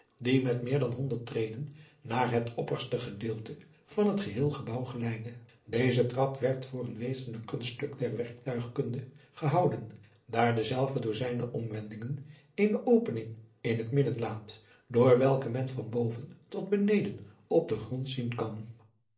die met meer dan honderd treden naar het opperste gedeelte van het geheel gebouw geleidde eze trap werd voor een wezenlijk kunststuk der werktuigkunde gehouden daar dezelve door zijne omwendingen eene opening in het midden laat door welke men van boven tot beneden op den grond zien kan